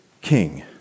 king